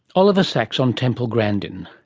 oliver sacks on temple grandin.